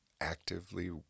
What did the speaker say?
actively